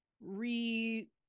re-